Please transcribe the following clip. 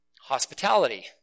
hospitality